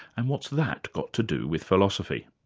and what's that got to do with philosophy?